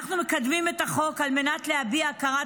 אנחנו מקדמים את החוק על מנת להביע הכרת